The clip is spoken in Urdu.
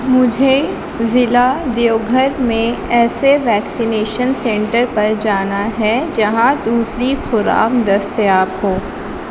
مجھے ضلع دیوگھر میں ایسے ویکسینیشن سنٹر پر جانا ہے جہاں دوسری خوراک دستیاب ہو